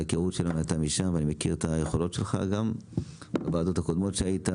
ההיכרות שלנו היא משם ואני מכיר את היכולות שלך בוועדות הקודמות שהיית,